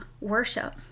worship